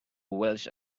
welsh